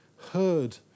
heard